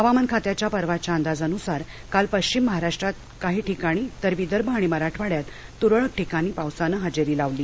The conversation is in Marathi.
हवामान खात्याच्या परवाच्या अंदाजानुसार काल पश्चिम महाराष्ट्रात काही ठिकाणी तर विदर्भ आणि मराठवाड्यात तुरळक ठिकाणी पावसानं हजेरी लावली